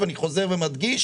ואני חוזר ומדגיש